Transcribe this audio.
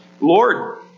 Lord